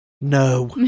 No